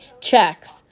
checks